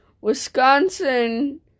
Wisconsin